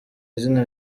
izina